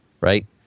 right